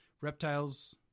reptiles